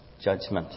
judgment